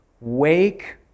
Wake